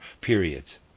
periods